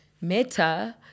Meta